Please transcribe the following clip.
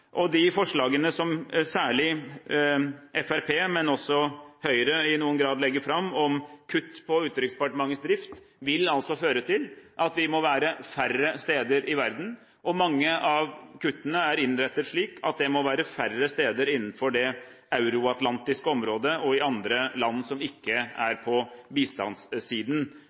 De forslagene som særlig Fremskrittspartiet, men også Høyre, i noen grad legger fram om kutt på Utenriksdepartementets drift, vil altså føre til at vi vil være færre steder i verden. Mange av kuttene er innrettet slik at færre steder innenfor det euroatlantiske området og i andre land ikke er på bistandssiden.